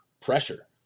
pressure